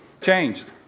changed